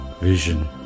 vision